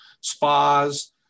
spas